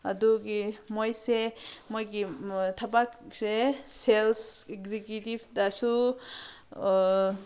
ꯑꯗꯨꯒꯤ ꯃꯣꯏꯁꯦ ꯃꯣꯏꯒꯤ ꯊꯕꯛꯁꯦ ꯁꯦꯜꯁ ꯑꯦꯛꯁꯤꯀ꯭ꯌꯨꯇꯤꯞꯇꯁꯨ